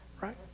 right